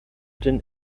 den